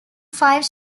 five